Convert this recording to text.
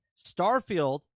Starfield